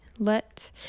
Let